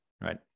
right